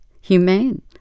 humane